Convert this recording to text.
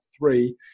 three